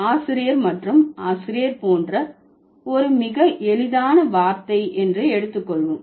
ஆசிரியர் மற்றும் ஆசிரியர் போன்ற ஒரு மிக எளிதான வார்த்தை என்று எடுத்துக் கொள்வோம்